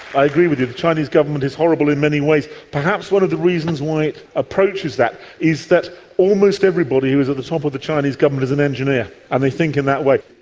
i agree with you, the chinese government is horrible in many ways. perhaps one of the reasons why it approaches that is that almost everybody who is at the top of the chinese government is an engineer and they think in that way.